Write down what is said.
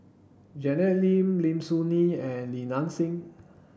Janet Lim Lim Soo Ngee and Li Nanxing